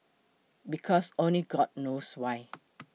because only god knows why